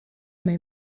mae